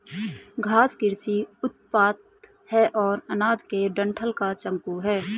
घास कृषि उपोत्पाद है और अनाज के डंठल का शंकु है